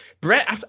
Brett